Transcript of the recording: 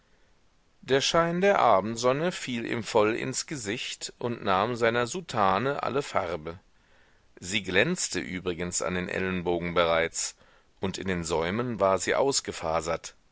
der schein der abendsonne fiel ihm voll ins gesicht und nahm seiner soutane alle farbe sie glänzte übrigens an den ellenbogen bereits und in den säumen war sie ausgefasert